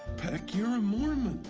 peck, you're a mormon.